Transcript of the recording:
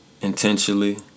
intentionally